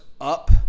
up